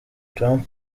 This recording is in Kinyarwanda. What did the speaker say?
trump